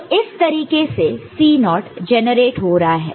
तो इस तरीके से C0 नॉट naught जनरेट हो रहा है